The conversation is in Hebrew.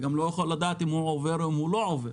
ואתה גם לא יכול לדעת אם הוא עובר או לא עובר.